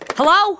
Hello